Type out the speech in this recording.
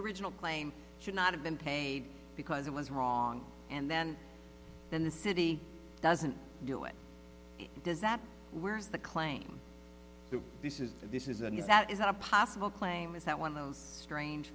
original claim should not have been paid because it was wrong and then then the city doesn't do it does that where's the claim that this is this is and is that is not possible claim is that one of those strange